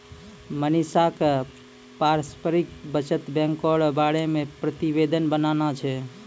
मनीषा क पारस्परिक बचत बैंको र बारे मे प्रतिवेदन बनाना छै